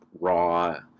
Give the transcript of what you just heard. raw